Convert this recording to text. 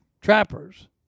trappers